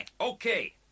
Okay